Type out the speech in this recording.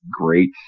great